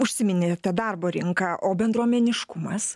užsiminėjote darbo rinką o bendruomeniškumas